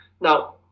Now